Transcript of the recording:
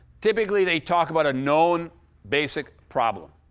typically, they talk about a known basic problem.